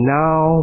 now